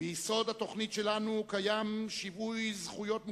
"ביסוד התוכנית שלנו קיים שווי זכויות מחלט.